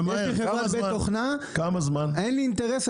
יש לי חברת תוכנה אין לי אינטרס,